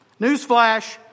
Newsflash